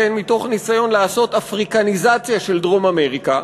מתוך ניסיון לעשות אפריקניזציה של דרום-אמריקה,